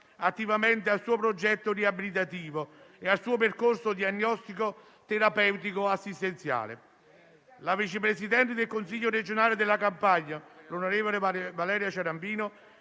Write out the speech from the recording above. attivamente al suo progetto riabilitativo e al suo percorso diagnostico, terapeutico e assistenziale. La vice presidente del Consiglio regionale della Campania, l'onorevole Valeria Ciarambino